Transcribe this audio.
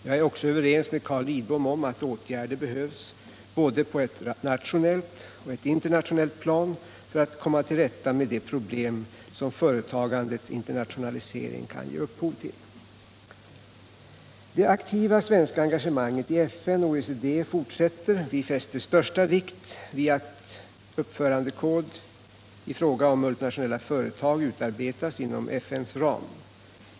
Jag är också överens med Carl Lidbom om att åtgärder behövs på såväl ett nationellt som ett internationellt plan för att komma till rätta med de problem som företagandets internationalisering kan ge upphov till. Det aktiva svenska engagemanget i FN och OECD fortsätter. Vi fäster största vikt vid att uppförandekod i fråga om multinationella företag utarbetas inom FN:s ram.